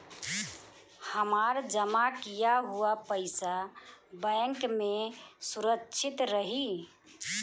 हमार जमा किया हुआ पईसा बैंक में सुरक्षित रहीं?